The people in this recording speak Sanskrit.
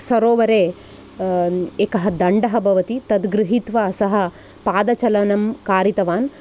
सरोवरे एकः दण्डः भवति तद् गृहीत्वा सः पादचलनं कारितवान्